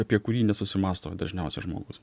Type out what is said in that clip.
apie kurį nesusimąsto dažniausia žmogus